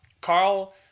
Carl